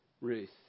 Ruth